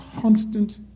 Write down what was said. constant